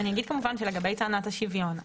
אני אגיד כמובן שלגבי טענת השוויון,